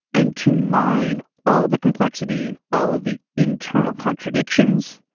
and to mine all the complexity, all of the internal contradictions,